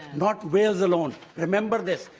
not wales alone. remember this.